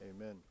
Amen